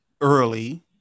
early